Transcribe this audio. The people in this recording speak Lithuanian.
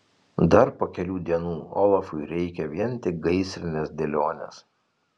dar po kelių dienų olafui reikia vien tik gaisrinės dėlionės